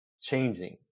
changing